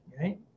right